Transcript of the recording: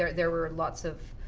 there there were lots of